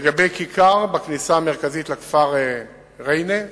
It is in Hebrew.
לגבי הכיכר בכניסה המרכזית לכפר ריינה,